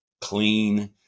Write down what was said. clean